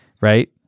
Right